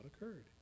occurred